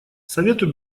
совету